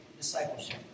discipleship